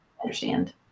understand